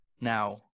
Now